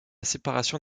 séparation